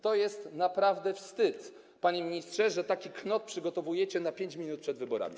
To jest naprawdę wstyd, panie ministrze, że taki knot przygotowujecie na 5 minut przed wyborami.